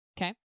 Okay